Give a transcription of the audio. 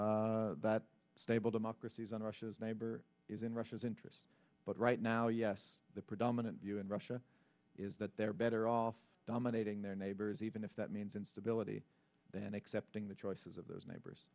that stable democracies on russia's neighbor is in russia's interest but right now yes the predominant view in russia is that they're better off dominating their neighbors even if that means instability than accepting the choices of those neighbors